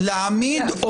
בשנים האחרונות נתנו מקדמות.